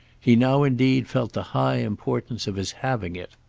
he now indeed felt the high importance of his having it.